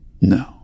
no